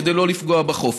כדי לא לפגוע בחוף.